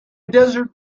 desert